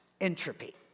Entropy